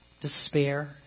despair